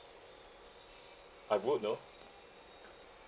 I would though